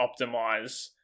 optimize